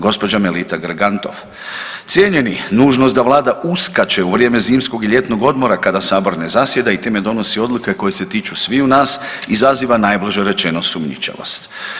Gospođa Melita Grgantov „Cijenjeni, nužnost da Vlada uskače u vrijeme zimskog i ljetnog odmora kada Sabor ne zasjeda i time donosi odluke koje se tiču sviju nas izaziva najblaže rečeno sumnjičavost.